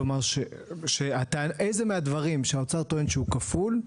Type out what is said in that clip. כלומר, איזה מהדברים שהאוצר טוען שהוא כפול,